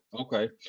Okay